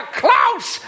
close